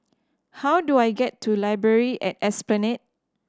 how do I get to Library at Esplanade